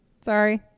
Sorry